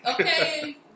okay